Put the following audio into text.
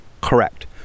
Correct